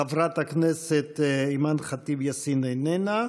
חברת הכנסת אימאן ח'טיב יאסין, איננה.